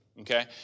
Okay